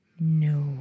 No